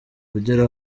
ugera